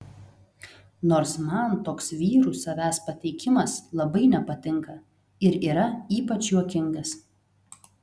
nors man toks vyrų savęs pateikimas labai nepatinka ir yra ypač juokingas